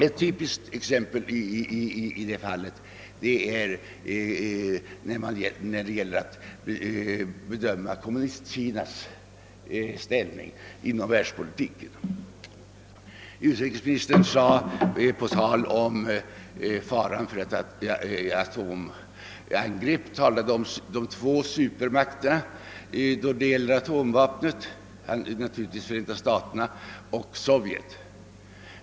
Ett typiskt exempel härpå är bedömningen av Kommunistkinas ställning inom världspolitiken. Utrikesministern talade beträffande faran för ett atomangrepp om de >»två» supermakterna och menade naturligtvis Förenta staterna och Sovjet.